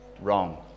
wrong